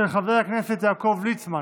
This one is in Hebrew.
של חבר הכנסת יעקב ליצמן.